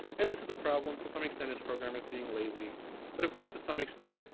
and this is the problem to some extent as programmers being lazy but, of course, to some extent,